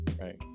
Right